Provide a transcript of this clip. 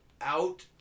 out